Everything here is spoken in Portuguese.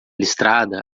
listrada